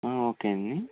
okay అండి